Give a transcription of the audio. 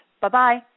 Bye-bye